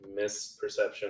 misperception